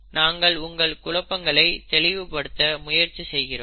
நாங்கள் உங்கள் குழப்பங்களை தெளிவு படுத்த முயற்சி செய்கிறோம்